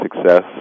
success